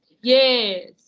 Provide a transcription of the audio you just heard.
Yes